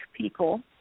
people